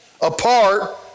apart